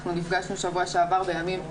אנחנו נפגשנו בשבוע שעבר בימים ראשון,